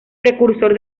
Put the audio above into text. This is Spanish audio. precursor